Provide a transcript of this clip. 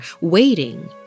waiting